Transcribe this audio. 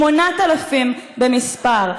8,000 במספר.